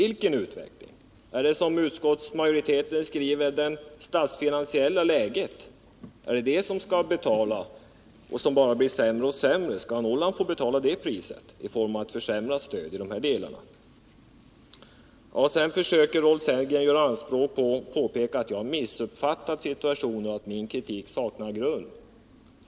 Vilken utveckling? Är det, som utskottsmajoriteten skriver, det statsfinansiella läget, som bara blir sämre och sämre? Skall Norrland få betala priset för det genom ett försämrat stöd i de här delarna? Sedan försöker Rolf Sellgren hävda att jag har missuppfattat situationen och att min kritik saknar grund.